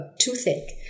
Toothache